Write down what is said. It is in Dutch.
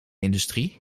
industrie